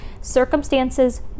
circumstances